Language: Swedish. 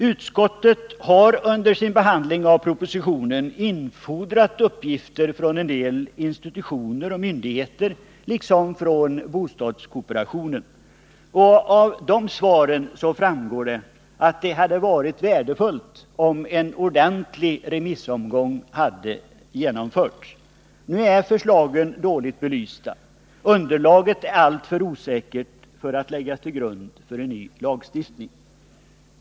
Utskottet har under sin behandling av propositionen infordrat uppgifter från en del institutioner och myndigheter liksom från bostadskooperationen. Av svaren framgår att det hade varit värdefullt om en ordentlig remissomgång hade genomförts. Nu är förslagen dåligt belysta, och underlaget är alltför osäkert för att läggas till grund för en ny lagstiftning.